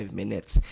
minutes